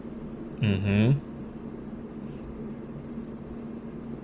mmhmm